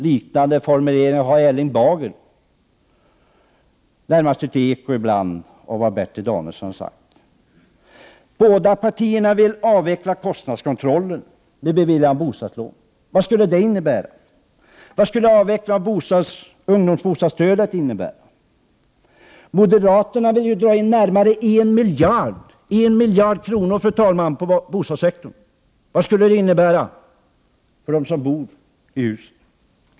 Liknande formuleringar har Erling Bager, ibland närmast ett eko av Bertil Danielssson. Båda partierna vill avveckla kostnadskontrollen vid beviljande av bostads — Prot. 1988/89:100 lån. Vad skulle detta innebära? Vad skulle avvecklingen av ungdomsbostads — 20 april 1989 stödet innebära? Moderaterna vill dra in närmare en miljard — en miljard kronor, fru talman — på bostadssektorn. Vad skulle detta innebära för de boende?